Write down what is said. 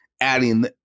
adding –